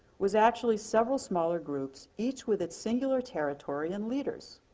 was actually several smaller groups, each with its singular territory and leaders.